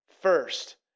first